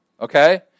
Okay